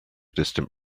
distant